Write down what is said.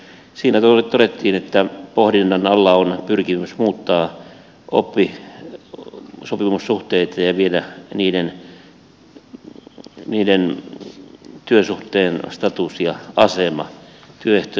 siinä todettiin että pohdinnan alla on pyrkimys muuttaa oppisopimussuhteita ja viedä niiden työsuhteen status ja asema työehtojen osalta